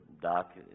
Doc